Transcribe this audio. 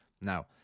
Now